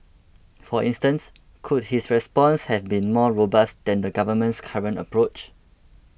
for instance could his response have been more robust than the government's current approach